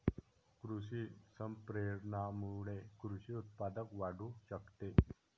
कृषी संप्रेषणामुळे कृषी उत्पादन वाढू शकते